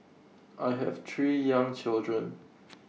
I have three young children